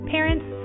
parents